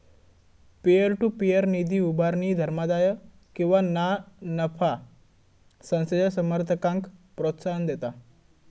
peer to peer निधी उभारणी धर्मादाय किंवा ना नफा संस्थेच्या समर्थकांक प्रोत्साहन देता